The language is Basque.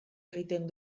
egiten